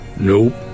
Nope